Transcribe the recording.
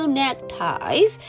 neckties